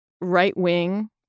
right-wing